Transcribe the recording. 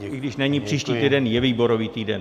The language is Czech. I když není příští týden, je výborový týden.